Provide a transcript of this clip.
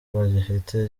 bagifite